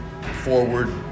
forward